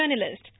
journalist